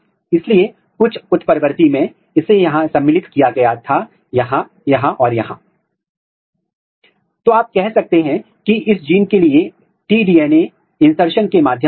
मैं कुछ उदाहरण दूंगा जहां महत्वपूर्ण सूचनाओं को प्रकट करने के लिए ट्रांसक्रिप्शनल और ट्रांसलेशनल फ्यूजन निर्माण का सफलतापूर्वक उपयोग किया गया है